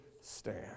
stand